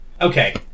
okay